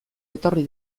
etorri